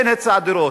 אין היצע דירות,